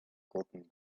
golden